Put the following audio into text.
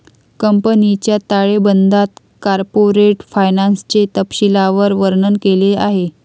कंपनीच्या ताळेबंदात कॉर्पोरेट फायनान्सचे तपशीलवार वर्णन केले आहे